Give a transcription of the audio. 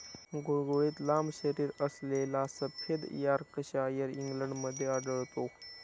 गुळगुळीत लांब शरीरअसलेला सफेद यॉर्कशायर इंग्लंडमध्ये आढळतो